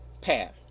path